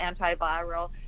antiviral